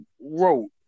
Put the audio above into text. wrote